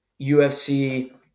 UFC